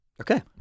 Okay